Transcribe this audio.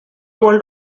world